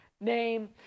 name